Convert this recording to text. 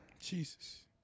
Jesus